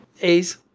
A's